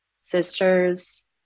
Sisters